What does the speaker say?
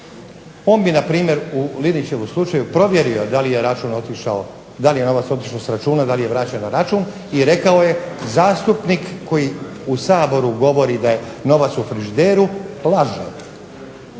On bi npr. u Linićevu slučaju provjerio da li je novac otišao s računa, da li je vraćen na račun i rekao je zastupnik koji u Saboru govori da je novac u frižideru laže.